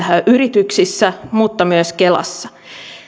yrityksissä että myös kelassa